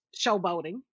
showboating